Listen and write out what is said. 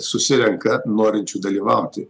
susirenka norinčių dalyvauti